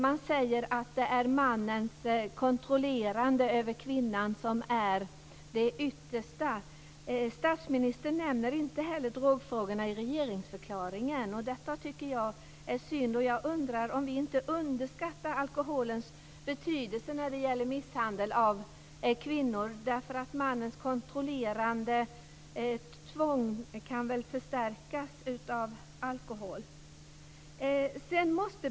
Man säger att det ytterst är mannens kontrollerande över kvinnan det handlar om. Statsministern nämner inte heller drogfrågorna i regeringsförklaringen. Detta tycker jag är synd. Jag undrar om vi inte underskattar alkoholens betydelse när det gäller misshandel av kvinnor, därför att mannens kontrollerande tvång kan förstärkas av alkohol.